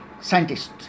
scientists